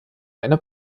eine